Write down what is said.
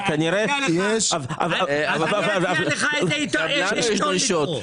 אני אציע לך איזה עיתון לקרוא.